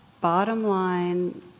bottom-line